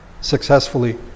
successfully